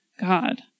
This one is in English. God